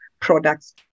products